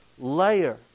layer